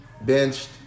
benched